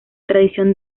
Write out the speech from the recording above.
tradición